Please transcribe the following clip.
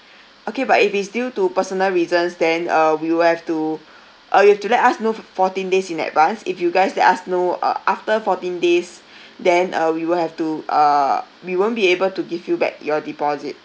okay but if it's due to personal reasons then uh we will have to uh you have to let us know f~ fourteen days in advance if you guys let us know uh after fourteen days then uh we will have to uh we won't be able to give you back your deposit